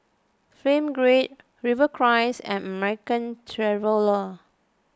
Film Grade Rivercrest and American Traveller